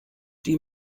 die